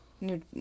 New